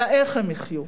אלא איך הם יחיו,